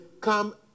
come